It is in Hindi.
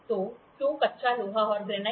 तो क्यों कच्चा लोहे और ग्रेनाइट